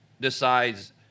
decides